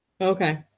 Okay